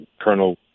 Colonel